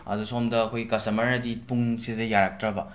ꯑꯗꯣ ꯁꯣꯝꯗ ꯑꯩꯈꯣꯏ ꯀꯁꯇꯃꯔꯅꯗꯤ ꯄꯨꯡ ꯑꯁꯤꯗ ꯌꯥꯔꯛꯇ꯭ꯔꯕ